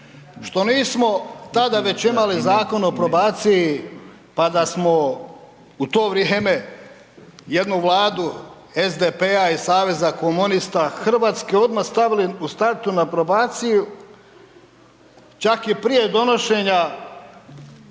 što nismo tada već imali Zakon o probaciji, pa da smo u to vrijeme jednu Vladu SDP-a i Saveza komunista Hrvatske odma stavili u startu na probaciju čak i prije donošenja,